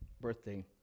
birthday